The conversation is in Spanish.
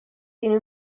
tiene